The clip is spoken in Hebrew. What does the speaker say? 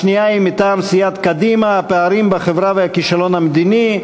השנייה היא מטעם סיעת קדימה: הפערים בחברה והכישלון המדיני.